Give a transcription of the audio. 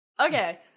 Okay